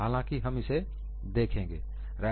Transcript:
हालांकि हमें इसे देखेंगे